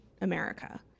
America